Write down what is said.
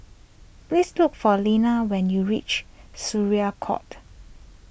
please look for Lena when you reach Syariah Court